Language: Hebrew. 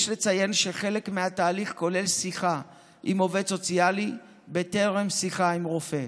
יש לציין שחלק מהתהליך כולל שיחה עם עובד סוציאלי טרם שיחה עם רופא.